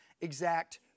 exact